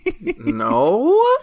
no